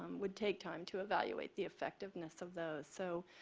would take time to evaluate the effectiveness of those. so,